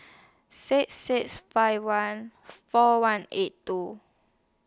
six six five one four one eight two